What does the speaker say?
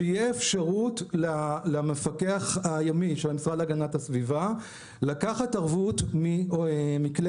שיהיה אפשרות למפקח הימי של המשרד להגנת הסביבה לקחת ערבות מכלי